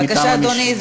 בבקשה, אדוני.